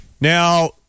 Now